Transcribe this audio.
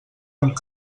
amb